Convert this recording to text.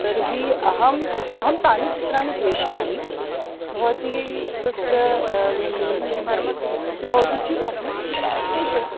तर्हि अहम् अहं तानि चित्राणि प्रेषयामि भवति तस्य चि भवती चिनोतु तेषु